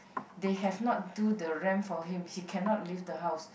they have not do the ramp for him he cannot leave the house